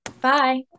Bye